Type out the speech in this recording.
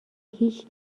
هیچ